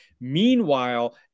Meanwhile